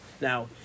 Now